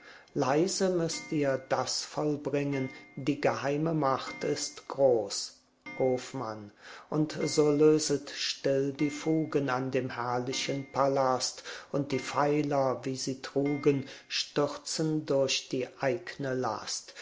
leise müßt ihr das vollbringen die geheime macht ist groß hofmann und so löset still die fugen an dem herrlichen palast und die pfeiler wie sie trugen stürzen durch die eigne last